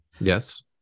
Yes